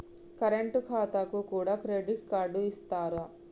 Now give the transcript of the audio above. Current ఖాతాకు కూడా credit card ఇత్తరా?